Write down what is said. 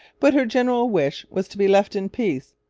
but her general wish was to be left in peace.